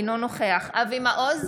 אינו נוכח אבי מעוז,